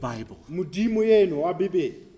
Bible